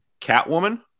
Catwoman